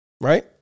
right